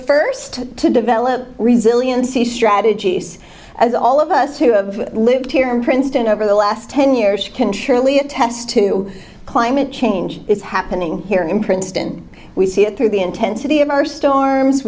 first to develop resiliency strategies as all of us who have lived here in princeton over the last ten years can surely attest to climate change is happening here in princeton we see it through the intensity of our storms